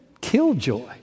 killjoy